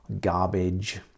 garbage